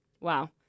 Wow